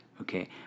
okay